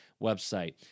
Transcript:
website